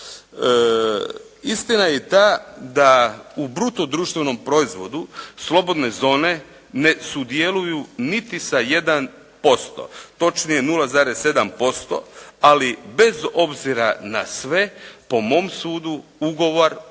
Istina je i ta da u bruto društvenom proizvodu slobodne zone ne sudjeluju niti sa 1%. Točnije 0,7%, ali bez obzira na sve, po mom sudu ugovor,